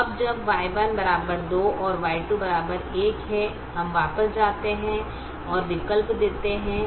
तो अब जब Y1 2 और Y2 1 है हम वापस जाते हैं और विकल्प देते हैं